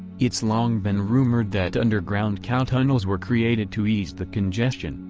it's long been rumored that underground cow tunnels were created to ease the congestion,